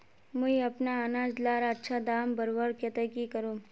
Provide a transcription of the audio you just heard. मुई अपना अनाज लार अच्छा दाम बढ़वार केते की करूम?